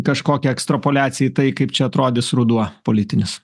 kažkokią ekstrapoliaciją į tai kaip čia atrodys ruduo politinis